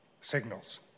signals